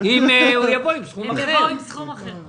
אם יבואו עם סכום אחר.